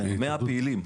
פעילים.